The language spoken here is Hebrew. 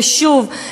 שוב,